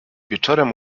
wieczorem